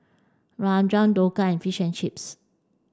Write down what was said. Rajma Dhokla and Fish and Chips